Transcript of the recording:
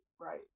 Right